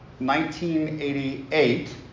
1988